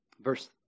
Verse